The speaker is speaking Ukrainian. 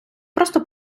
просто